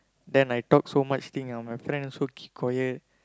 then I talked so much thing ah my friend also keep quiet